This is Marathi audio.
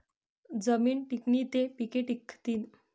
जमीन टिकनी ते पिके टिकथीन